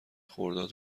خرداد